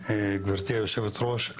גבירתי היושבת ראש,